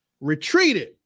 retreated